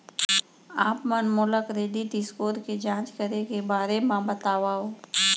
आप मन मोला क्रेडिट स्कोर के जाँच करे के बारे म बतावव?